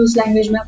language